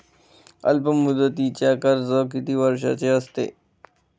अल्पमुदतीचे कर्ज किती वर्षांचे असते?